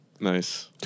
Nice